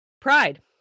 Pride